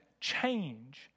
change